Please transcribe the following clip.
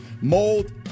mold